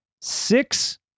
six